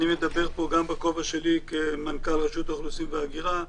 אני מדבר פה גם בכובע שלי כמנכ"ל רשות האוכלוסין וההגירה,